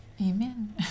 Amen